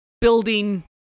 building